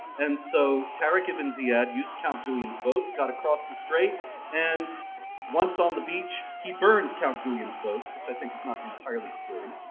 and so tarik ibn ziyad used count julian's boats, got across the strait, and once on the beach he burned count julian's boats, which i think is not entirely sporting.